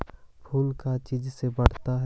फूल का चीज से बढ़ता है?